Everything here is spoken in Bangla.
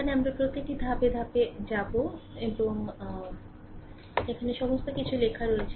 এখানে আমরা প্রতিটি ধাপে ধাপে যাব এখানে সমস্ত কিছু লেখা আছে